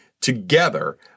together